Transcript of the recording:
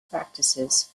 practices